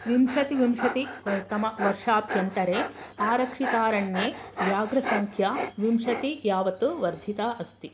विंशति विंशति तमवर्षाभ्यन्तरे आरक्षितारण्ये व्याघ्रसङ्ख्या विंशति यावत् वर्धिता अस्ति